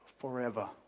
forever